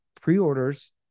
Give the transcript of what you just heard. pre-orders